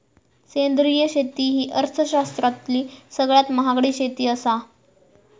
सेंद्रिय शेती ही अर्थशास्त्रातली सगळ्यात महागडी शेती आसा